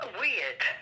weird